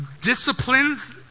disciplines